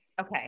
Okay